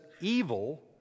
evil